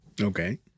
Okay